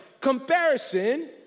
Comparison